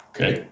Okay